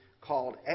called